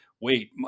wait